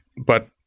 but,